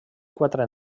quatre